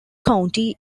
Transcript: county